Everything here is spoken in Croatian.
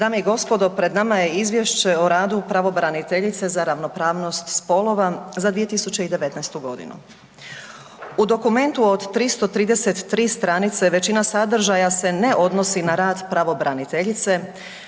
Dame i gospodo pred nama je Izvješće o radu pravobraniteljice za ravnopravnost spolova za 2019. godinu. U dokumentu od 333 stranice većina sadržaja se ne odnosi na rad pravobraniteljice